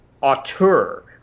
auteur